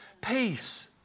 peace